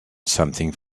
something